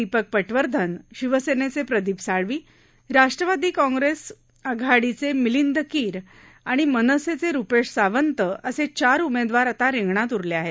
दीपक पटवर्धन शिवसेनेचे प्रदीप साळवी राष्ट्रवादी काँग्रेस आघाडीचे मिलिंद कीर आणि मनसेचे रूपेश सावंत असे चार उमेदवार आता रिंगणात उरले आहेत